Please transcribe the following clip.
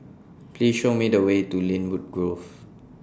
Please Show Me The Way to Lynwood Grove